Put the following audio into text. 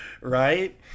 right